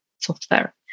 software